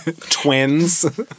twins